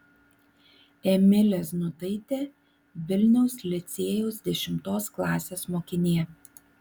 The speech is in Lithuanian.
emilė znutaitė vilniaus licėjaus dešimtos klasės mokinė